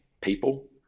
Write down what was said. people